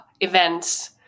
events